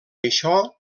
això